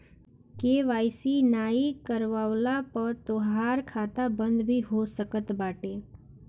KYC नाइ करववला पअ तोहार खाता बंद भी हो सकत बाटे